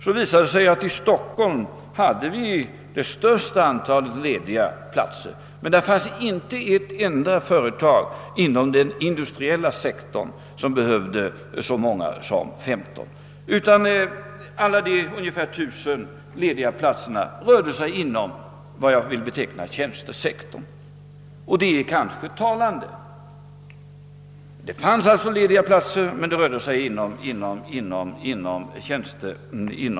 Det visade sig att det största antalet lediga platser fanns i Stockholm men att det inte fanns ett enda företag inom den industriella sektorn som där behövde så många som 15 nyanställda. Alla de ungefär 1 000 lediga platser som det rörde sig om tillhörde vad jag vill beteckna som tjänstesektorn, vilket kanske är en talande uppgift.